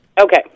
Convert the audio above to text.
Okay